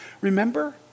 Remember